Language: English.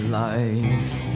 life